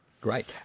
Great